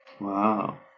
Wow